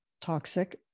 toxic